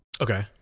Okay